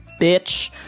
bitch